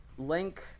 Link